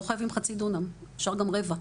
לא חייבים חצי דונם, אפשר גם רבע.